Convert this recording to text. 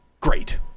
Great